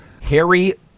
Harry